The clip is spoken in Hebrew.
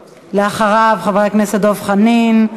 אחריו, חבר הכנסת דב חנין,